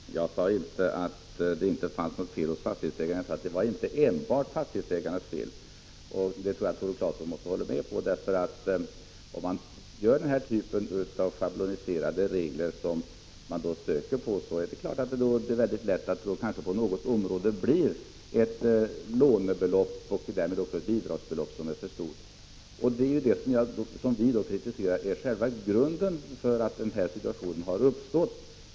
Herr talman! Jag sade inte att det inte fanns något fel hos fastighetsägarna, utan jag sade att det inte var enbart fastighetsägarnas fel. Tore Claeson måste nog hålla med om det. Om man inför denna typ av schabloniserade regler för ombyggnadslån, kan det naturligtvis lätt hända att ett lånebelopp och ett bidragsbelopp på något område blir för stort. Från centerns sida kritiserar vi alltså själva grunden för att denna situation har uppstått.